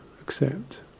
accept